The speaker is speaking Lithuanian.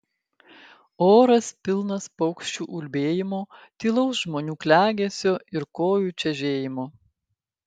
oras pilnas paukščių ulbėjimo tylaus žmonių klegesio ir kojų čežėjimo